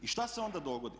I što se onda dogodi?